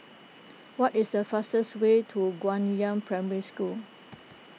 what is the fastest way to Guangyang Primary School